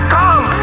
come